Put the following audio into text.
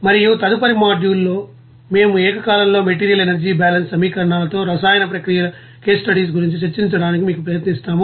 మరియు తదుపరి మాడ్యూల్లో మేము ఏకకాలంలో మెటీరియల్ ఎనర్జీ బ్యాలెన్స్ సమీకరణాలతో రసాయన ప్రక్రియల కేస్ స్టడీస్ గురించి చర్చించడానికి మీకు ప్రయత్నిస్తాము